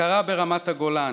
הכרה ברמת הגולן,